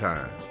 Time